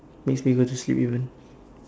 makes me go to sleep even